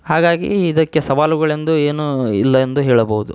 ಹಾಗಾಗಿ ಇದಕ್ಕೆ ಸವಾಲುಗಳೆಂದು ಏನು ಇಲ್ಲ ಎಂದು ಹೇಳಬಹುದು